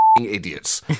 idiots